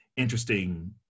interesting